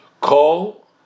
Call